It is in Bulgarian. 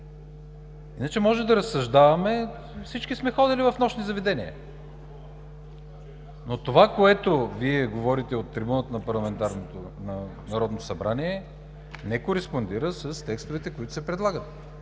не може да разсъждаваме, всички сме ходили в нощни заведения, но това, което Вие говорите от трибуната на Народното събрание, не кореспондира с текстовете, които се предлагат.